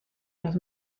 los